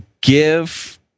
give